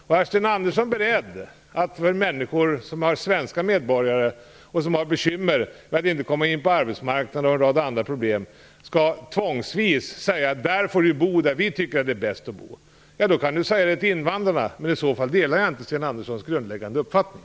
Är Sten Andersson beredd att säga till svenska medborgare, som har bekymmer med att inte komma in på arbetsmarknaden och en rad andra problem, att de får bo där vi tycker att det är bäst att de bor? Ja, då kan han också säga det till invandrarna. Men i så fall delar jag inte Sten Anderssons grundläggande uppfattning.